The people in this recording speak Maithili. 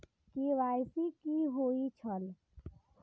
के.वाई.सी कि होई छल?